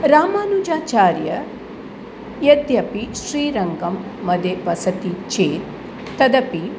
रामानुजाचार्यः यद्यपि श्रीरङ्गं मध्ये वसति चेत् तथापि